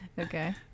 Okay